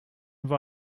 have